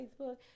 Facebook